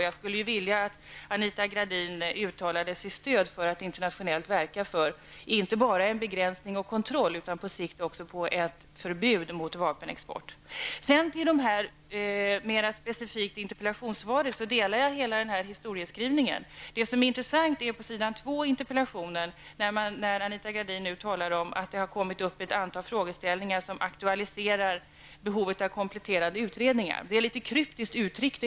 Jag skulle vilja att Anita Gradin uttalade sitt stöd för att internationellt verka för inte bara en begränsning och kontroll utan på sikt också ett förbud mot vapenexport. Jag delar historieskrivningen i interpellationssvaret. Det som är intressant är det som står på s. 2 i svaret, där Anita Gradin talar om att det har kommit upp ett antal frågor som aktualiserar behovet av kompletterande utredningar. Det är litet kryptiskt uttryckt.